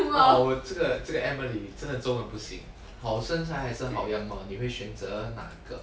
!wow! 我这个这个 emily 真的中文不行好身材还是好样貌你会选择那个